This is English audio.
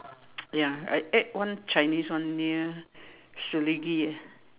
ya I ate one Chinese one near Selegie eh